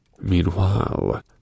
Meanwhile